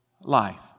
life